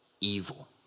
evil